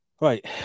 Right